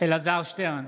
אלעזר שטרן,